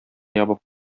ябып